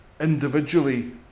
individually